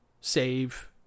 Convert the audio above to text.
save